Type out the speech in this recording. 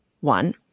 one